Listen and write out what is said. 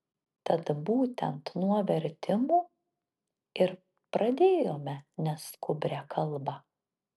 tad būtent nuo vertimų ir pradėjome neskubrią kalbą